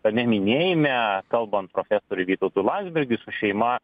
tame minėjime kalbant profesoriui vytautui landsbergiui su šeima